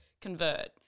Convert